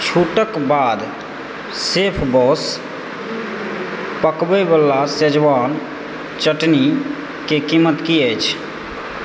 छूटक बाद शेफ़बॉस पकबैवला शेजवान चटनीके कीमत की अछि